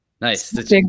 Nice